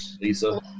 Lisa